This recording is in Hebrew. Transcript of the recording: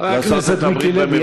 חבר הכנסת מיקי לוי,